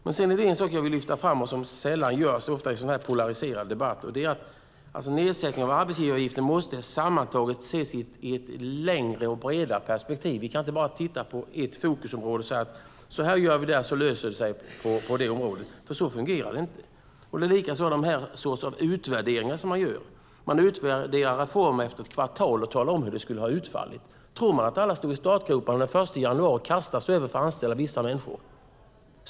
Det finns en sak som jag vill lyfta fram som sällan kommer fram i sådana här polariserade debatter: Nedsättningen av arbetsgivaravgiften måste sammantaget ses i ett längre och bredare perspektiv. Vi kan inte bara titta på ett fokusområde och säga: Vi gör så här, och så löser det sig på detta område! Så fungerar det inte. Det är samma sak med de utvärderingar som görs. Man utvärderar reformer efter ett kvartal och talar om hur de skulle ha utfallit. Tror man att alla står i startgroparna den 1 januari och kastar sig över vissa människor för att anställa dem?